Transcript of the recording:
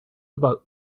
about